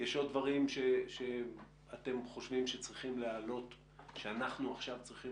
יש עוד דברים שאתם חושבים שאנחנו עכשיו צריכים